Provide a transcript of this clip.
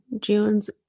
June's